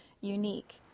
unique